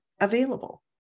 available